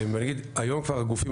כבר היום כל אחד מהגופים